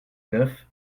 neuf